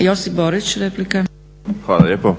Josip (HDZ)** Hvala lijepo.